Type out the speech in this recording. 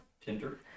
Tinder